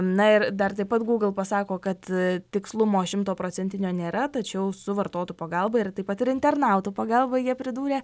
na ir dar taip pat gūgl pasako kad tikslumo šimtaprocentinio nėra tačiau su vartotojų pagalbą ir taip pat ir internautų pagalba jie pridūrė